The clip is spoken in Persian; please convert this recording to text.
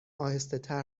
آهستهتر